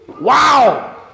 Wow